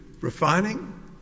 refining